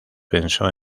pensó